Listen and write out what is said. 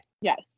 Yes